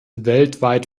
weltweit